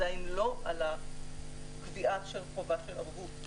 ולא על קביעת חובת הערבות.